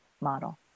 model